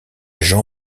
jean